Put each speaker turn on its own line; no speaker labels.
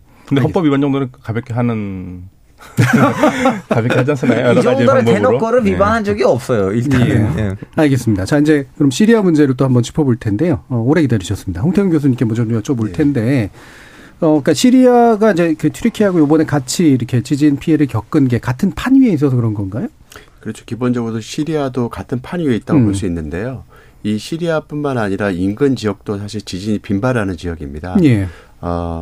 근데
알겠습니다.
헌법 위반 정도는 가볍게 하는- 가볍게 하지 않습니까?
이
여러 가지
정도를
방법으로.
대놓고는 위반한 적이
예.
없어요, 일단은.
네.
예.
알겠습니다. 자, 이제 그럼 시리아 문제를 또 한번 짚어볼 텐데요. 어, 오래 기다리셨습니다. 홍태경 교수님께 먼저 좀 여쭤볼
예.
텐데, 어, 그러니까 시리아가 이제 그 튀르키예하고 요번에 같이 이렇게 지진 피해를 겪은 게 같은 판 위에 있어서 그런 건가요?
그렇죠. 기본적으로 시리아도 같은 판 위에 있다고 볼
음.
수 있는데요. 이 시리아뿐만 아니라 인근 지역도 사실 지진이 빈발하는 지역입니다.
예.
어,